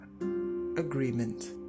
agreement